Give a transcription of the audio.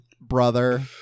brother